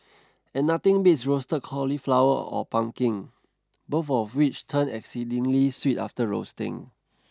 and nothing beats roasted cauliflower or pumpkin both of which turn exceedingly sweet after roasting